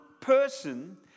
person